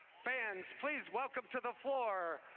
fans please welcome to the floor,